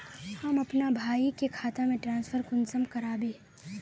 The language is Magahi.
हम अपना भाई के खाता में ट्रांसफर कुंसम कारबे?